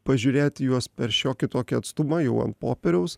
pažiūrėt į juos per šiokį tokį atstumą jau ant popieriaus